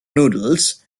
noodles